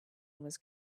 was